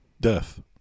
death